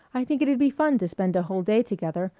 i think it'd be fun to spend a whole day together,